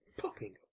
Popping